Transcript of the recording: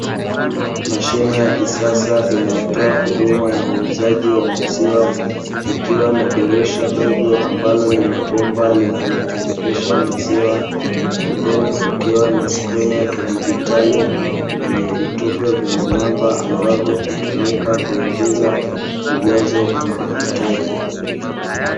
Mashine ya kisasa unayotoa huduma ya uuzaji wa maziwa ikiwa na dirisha dogo , ambalo linabomba linalotiririsha maziwa , pembeni kukiwa na sikrini ya kidigitali yenye vitufe vyenye namba ambavyo hutumika kuingiza ujazo unaohitaji.